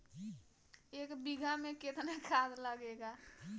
एक बिगहा में केतना खाद लागेला?